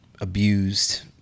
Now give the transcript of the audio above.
abused